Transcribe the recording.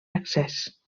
accés